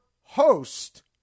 host